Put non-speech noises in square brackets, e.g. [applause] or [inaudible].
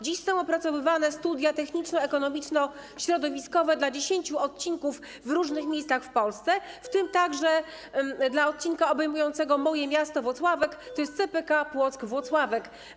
Dziś są opracowywane studia techniczno-ekonomiczno-środowiskowe dla 10 odcinków w różnych miejscach w Polsce, [noise] w tym także dla odcinka obejmującego moje miasto Włocławek, to jest CPK Płock - Włocławek.